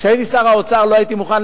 כשהייתי שר האוצר לא הייתי מוכן,